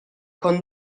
con